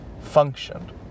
functioned